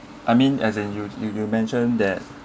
I mean as in you you you mentioned that